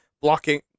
blocking